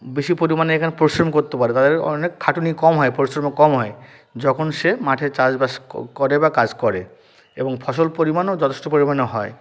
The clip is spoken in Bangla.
বেশি পরিমাণে এখানে পরিশ্রম করতে পারে তাদের অনেক খাটুনি কম হয় পরিশ্রমও কম হয় যখন সে মাঠে চাষবাস করে বা কাজ করে এবং ফসল পরিমাণও যথেষ্ট পরিমাণে হয়